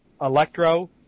electro-